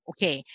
Okay